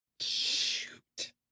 Shoot